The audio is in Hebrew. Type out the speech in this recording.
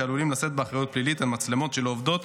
שעלולים לשאת באחריות פלילית על מצלמות שלא עובדות,